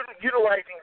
utilizing